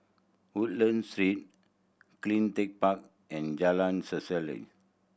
Woodlands Street Cleantech Park and Jalan